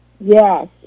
Yes